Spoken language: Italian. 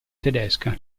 tedesca